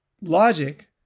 logic